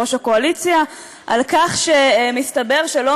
אני פשוט רציתי לשאול אם הפרסומות זה גם